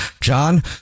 John